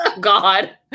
God